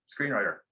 screenwriter